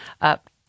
up